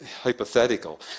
hypothetical